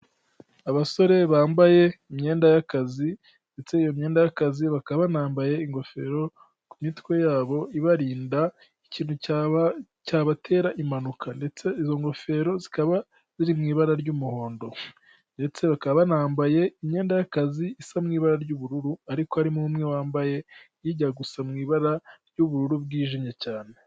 Abasore bambaye imyenda y'akazi ndetse iyo myenda y'akazi bakaba banambaye ingofero ku mitwe yabo ibarinda ikintu cyaba cyabatera impanuka ndetse izo ngofero zikaba ziri mu ibara ry'umuhondo, ndetse bakaba banambaye imyenda y'akazi isa mu ibara ry'ubururu ariko harimo umwe wambaye hijya gusa mu ibara ry'ubururu bwijimye cyane.